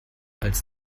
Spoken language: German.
als